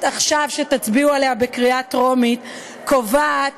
עכשיו שתצביעו עליה בקריאה טרומית קובעת